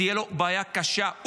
תהיה לו בעיה קשה,